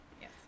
Yes